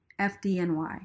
FDNY